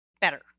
better